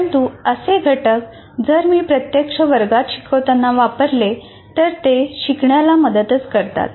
परंतु असे घटक जर मी प्रत्यक्ष वर्गात शिकवताना वापरले तर ते शिकण्याला मदतच करतात